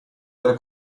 della